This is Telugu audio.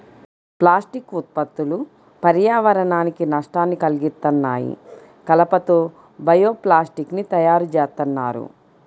ప్లాస్టిక్ ఉత్పత్తులు పర్యావరణానికి నష్టాన్ని కల్గిత్తన్నాయి, కలప తో బయో ప్లాస్టిక్ ని తయ్యారుజేత్తన్నారు